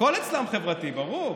הכול אצלם חברתי, ברור.